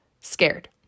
scared